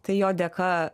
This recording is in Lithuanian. tai jo dėka